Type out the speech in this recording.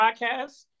podcast